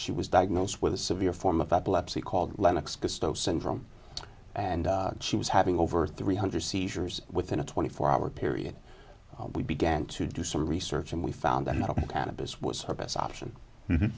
she was diagnosed with a severe form of epilepsy called lennox christo syndrome and she was having over three hundred seizures within a twenty four hour period we began to do some research and we found that cannabis was her best option